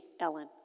Ellen